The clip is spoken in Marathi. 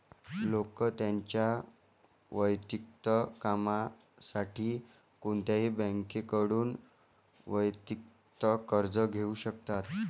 लोक त्यांच्या वैयक्तिक कामासाठी कोणत्याही बँकेकडून वैयक्तिक कर्ज घेऊ शकतात